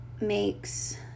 makes